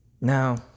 Now